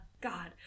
God